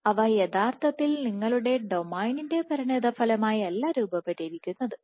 അതായത് അപ്പോൾ അവ യഥാർത്ഥത്തിൽ നിങ്ങളുടെ ഡൊമൈനിൻറെ പരിണിതഫലമായി അല്ല രൂപപ്പെട്ടിരിക്കുന്നത്